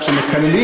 יש תקנון